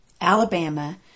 Alabama